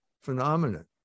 phenomenon